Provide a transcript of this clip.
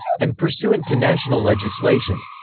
and pursuant to national legislation.